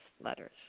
letters